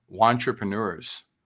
entrepreneurs